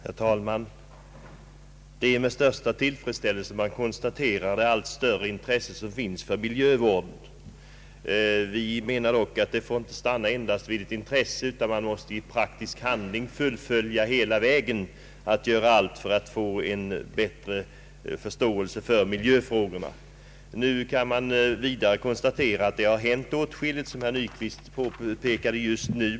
Herr talman! Det är med största tillfredsställelse som man konstaterar det allt större intresse som finns för miljövården. Vi menar dock att det inte får stanna enbart vid ett intresse, utan man måste också i praktisk handling göra allt för att få till stånd en bättre förståelse för miljöfrågorna. Såsom herr Nyquist redan har påpekat har det hänt åtskilligt under senare tid på miljövårdsområdet.